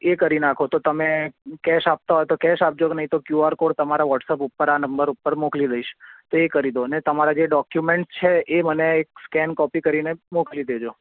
એ કરી નાખો તો તમે કૅશ આપતા હોય તો કૅશ આપજો નહીં તો ક્યુઆર કોડ તમારા વ્હોટસપ ઉપર આ નંબર ઉપર મોકલી દઈશ તો એ કરી દો અને તમારે જે ડોક્યુમેન્ટ છે એ મને એક સ્કેન કોપી કરીને મોકલી દેજો